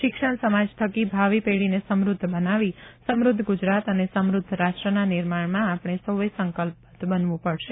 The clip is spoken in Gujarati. શિક્ષણ સમાજ થકી ભાવિ પેઢીને સમુધ્ધ બનાવી સમુધ્ધ ગુજરાત અને સમુદ્ધ રાષ્ટ્રના નિર્માણમાં આપણે સોએ સંકલ્પબદ્ધ બનવું પડશે